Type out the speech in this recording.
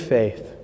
faith